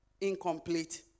incomplete